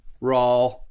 raw